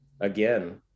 again